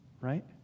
right